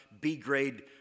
B-grade